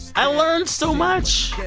i learned so much.